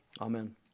Amen